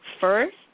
First